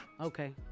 Okay